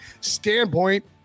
standpoint